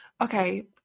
okay